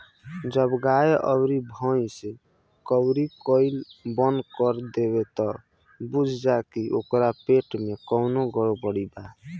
जब गाय अउर भइस कउरी कईल बंद कर देवे त बुझ जा की ओकरा पेट में कवनो गड़बड़ी बा